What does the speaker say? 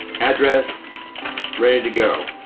address ready to go.